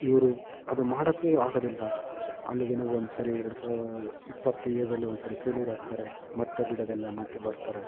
ಇವರು ಅದು ಮಾಡೋಕ್ಕೂ ಆಗೋದಿಲ್ಲ ಅಲ್ಲಿಗೇನು ಒಂದ್ಸಲಿ ಎರಡು ಸಲ ಇಪ್ಪತ್ತು ಏಜಲ್ಲಿ ಒಂದ್ಸಲಿ ಫೇಲ್ಯೂರಾಗ್ತಾರೆ ಮತ್ತೆ ಬಿಡದಲ್ಲೇ ಮತ್ತೆ ಬರ್ತಾರೆ